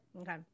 Okay